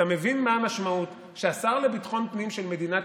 אתה מבין מה המשמעות שהשר לביטחון פנים של מדינת